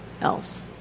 else